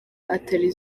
atari